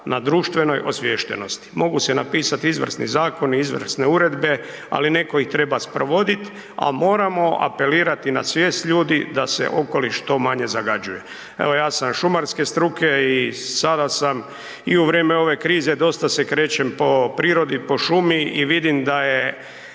na društvenoj osviještenosti. Mogu se napisati izvrsni zakoni, izvrsne uredbe, ali netko ih treba sprovoditi, a moramo apelirati na svijest ljudi da se okoliš što manje zagađuje. Evo, ja sam šumarske struke i sada sam i u vrijeme ove krize dosta se krećem po prirodi, po šumi i vidim da je